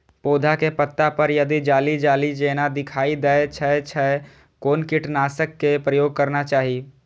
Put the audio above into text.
पोधा के पत्ता पर यदि जाली जाली जेना दिखाई दै छै छै कोन कीटनाशक के प्रयोग करना चाही?